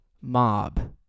mob